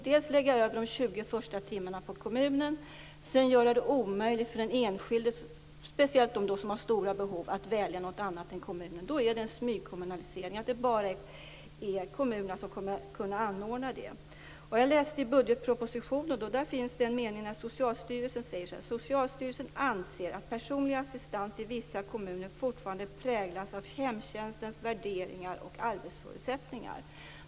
Dels lägger man kostnaderna för de första 20 timmarna på kommunen, dels gör man det omöjligt för den enskilde - speciellt för den som har väldigt stora behov - att välja någon annan anordnare än kommunen. Det innebär en smygkommunalisering. "Socialstyrelsen anser att personlig assistans i vissa kommuner fortfarande präglas av hemtjänstens värderingar och arbetsförutsättningar."